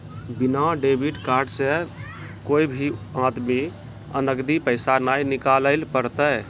बिना debit card से कोय भी आदमी नगदी पैसा नाय निकालैल पारतै